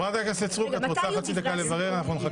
סוכם עם כולם.